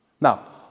Now